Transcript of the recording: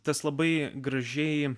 tas labai gražiai